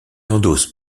endosse